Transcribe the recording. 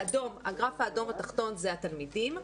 הגרף האדום התחתון זה התלמידים,